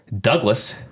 Douglas